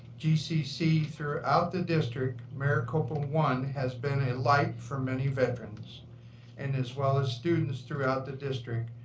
gcc throughout the district maricopa one has been a light for many veterans and as well as students throughout the district,